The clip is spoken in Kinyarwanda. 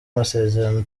amasezerano